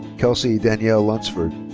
kelsey danielle lunsford.